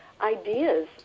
ideas